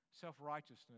self-righteousness